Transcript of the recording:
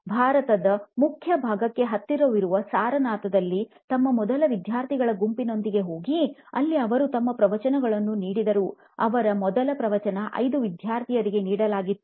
ಅವರು ಭಾರತದ ಮುಖ್ಯ ಭಾಗಕ್ಕೆ ಹತ್ತಿರವಿರುವ ಸಾರನಾಥದಲ್ಲಿ ತಮ್ಮ ಮೊದಲ ವಿದ್ಯಾರ್ಥಿಗಳ ಗುಂಪಿನೊಂದಿಗೆ ಹೋಗಿ ಅಲ್ಲಿ ಅವರು ತಮ್ಮ ಪ್ರವಚನವನ್ನು ನೀಡಿದರು ಅವರ ಮೊದಲ ಪ್ರವಚನ 5 ವಿದ್ಯಾರ್ಥಿಯರಿಗೆ ನೀಡಲಾಗಿತ್ತು